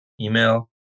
email